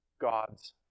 God's